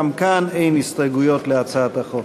גם כאן אין הסתייגויות להצעת החוק.